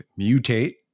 Mutate